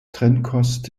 trennkost